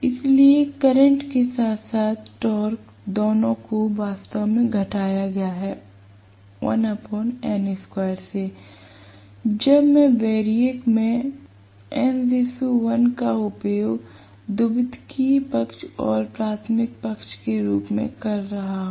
इसलिए करंट के साथ साथ टॉर्क दोनों को वास्तव में घटाया गया है से जब मैं वैरियक में n 1 का उपयोग द्वितीयक पक्ष और प्राथमिक पक्ष के अनुपात के रूप में कर रहा हूं